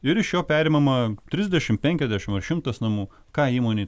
ir iš jo perimama trisdešimt penkiasdešimt ar šimtas namų ką įmonei